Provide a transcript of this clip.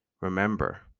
remember